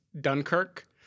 Dunkirk